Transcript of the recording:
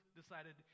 decided